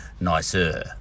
nicer